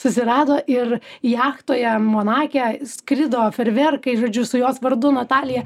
susirado ir jachtoje monake skrido fejerverkai žodžiu su jos vardu natalija